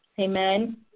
Amen